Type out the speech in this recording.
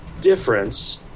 difference